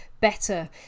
better